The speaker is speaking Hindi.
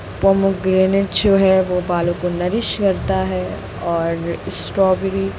पोमेग्रेनेट जो है वो बालों को नरिश करता है और स्टॉबेरी